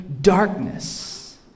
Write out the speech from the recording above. darkness